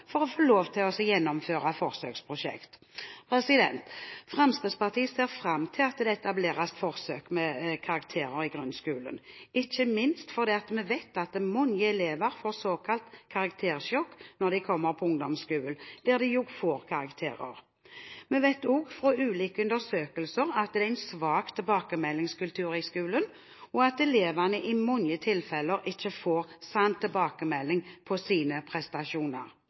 for å få lov til å gjennomføre forsøksprosjekt. Fremskrittspartiet ser fram til at det etableres forsøk med karakterer i grunnskolen, ikke minst fordi vi vet at mange elever får såkalt karaktersjokk når de kommer på ungdomsskolen, der de jo får karakterer. Vi vet også fra ulike undersøkelser at det er en svak tilbakemeldingskultur i skolen, og at elevene i mange tilfeller ikke får en sann tilbakemelding på sine prestasjoner.